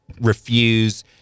refuse